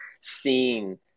seeing